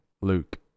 Luke